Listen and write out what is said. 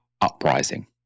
uprising